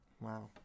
Wow